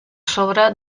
sobre